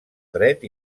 dret